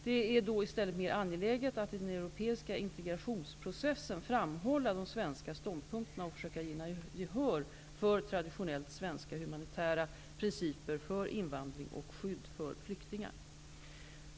Det är då i stället mer angeläget att i den europeiska integrationsprocessen framhålla de svenska ståndpunkterna och försöka vinna gehör för traditionellt svenska humanitära principer för invandring och skydd för flyktingar.